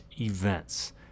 events